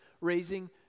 raising